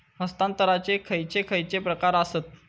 हस्तांतराचे खयचे खयचे प्रकार आसत?